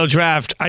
Draft